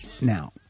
now